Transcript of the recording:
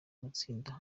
matsinda